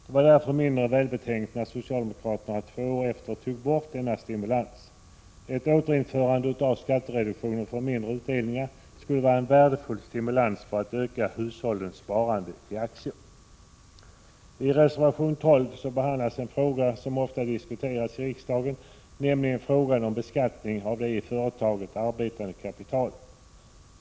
Det var därför mindre välbetänkt när socialdemokraterna två år senare tog bort denna stimulansmöjlighet. Ett återinförande av skattereduktionen för mindre utdelningar skulle vara en värdefull stimulans för att öka hushållens sparande i aktier. I reservation 12 behandlas en fråga som ofta diskuteras i riksdagen, nämligen frågan om beskattning av arbetande kapital i företag.